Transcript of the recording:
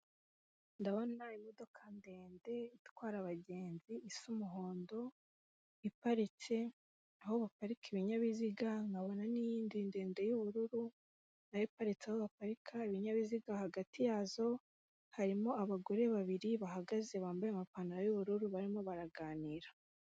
Ndabona imodoka ndende itwara abagenzi isa umuhondo iparitse aho baparika ibinyabiziga, nkabona niyindi ndende y'ubururu nayo iparitse aho baparika ibinyabiziga, hagati yazo harimo abagore babiri bahagaze bambaye amapantaro y'ubururu barimo baraganira.